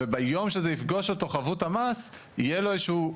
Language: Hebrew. ביום בו חבות המס תפגוש אותו יהיה לו קושי